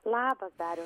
labas dariau